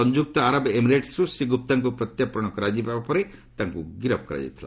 ସଂଯୁକ୍ତ ଆରବ ଏମିରେଟ୍ସରୁ ଶ୍ରୀ ଗୁପ୍ତାଙ୍କୁ ପ୍ରତ୍ୟର୍ପଣ କରାଯିବା ପରେ ତାଙ୍କୁ ଗିରଫ କରାଯାଇଥିଲା